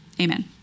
amen